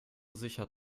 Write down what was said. sicher